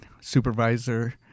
supervisor